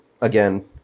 again